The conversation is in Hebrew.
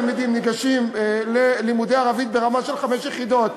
ניגשים ללימודי ערבית ברמה של חמש יחידות,